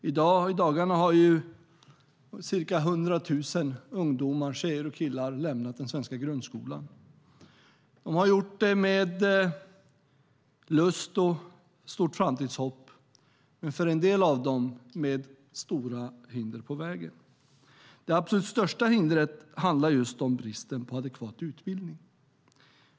I dagarna har ca 100 000 ungdomar, tjejer och killar, lämnat den svenska grundskolan. De har gjort det med lust och stort framtidshopp, men för en del av dem med stora hinder på vägen. Det absolut största hindret handlar just om bristen på adekvat utbildning.